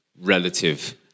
relative